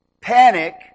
panic